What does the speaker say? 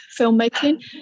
filmmaking